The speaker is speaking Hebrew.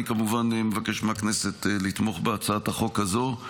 אני, כמובן, מבקש מהכנסת לתמוך בהצעת החוק הזאת,